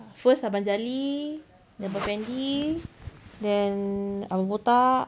first abang jali abang fendi then abang botak